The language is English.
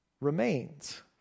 remains